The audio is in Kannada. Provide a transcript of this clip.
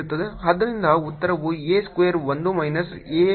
ಆದ್ದರಿಂದ ಉತ್ತರವು a square 1 minus a square over 3 ಬರುತ್ತದೆ